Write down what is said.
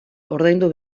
ordaindu